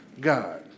God